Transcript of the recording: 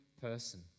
person